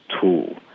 tool